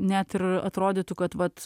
net ir atrodytų kad vat